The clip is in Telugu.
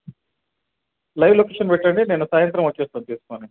లైవ్ లొకేషన్ పెట్టండి నేను సాయంత్రం వచ్చేస్తాను తీసుకుని